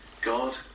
God